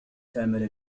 تعمل